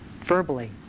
verbally